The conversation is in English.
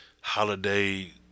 holiday